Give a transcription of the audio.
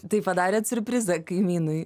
tai padarėt siurprizą kaimynui